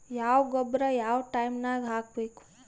ಯಾವ ಗೊಬ್ಬರ ಯಾವ ಟೈಮ್ ನಾಗ ಹಾಕಬೇಕು?